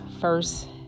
first